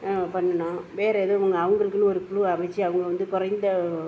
பண்ணினோம் வேற எதுவும் அவங்களுக்குனு ஒரு குழு அமைத்து அவங்க வந்து குறைந்த